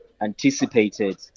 anticipated